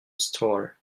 store